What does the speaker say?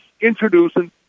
introducing